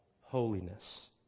holiness